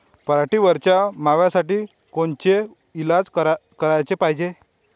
पराटीवरच्या माव्यासाठी कोनचे इलाज कराच पायजे?